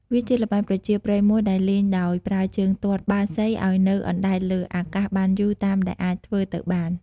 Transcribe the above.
វាជាល្បែងប្រជាប្រិយមួយដែលលេងដោយប្រើជើងទាត់បាល់សីឲ្យនៅអណ្ដែតលើអាកាសបានយូរតាមដែលអាចធ្វើទៅបាន។